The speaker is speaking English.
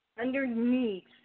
underneath